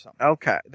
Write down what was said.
Okay